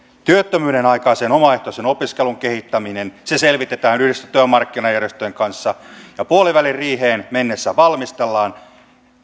työttömyyden aikaisen omaehtoisen opiskelun kehittäminen selvitetään yhdessä työmarkkinajärjestöjen kanssa ja puoliväliriiheen mennessä valmistellaan